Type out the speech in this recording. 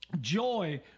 Joy